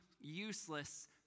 useless